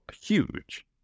huge